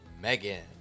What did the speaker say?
Megan